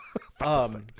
Fantastic